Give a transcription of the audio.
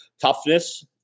toughness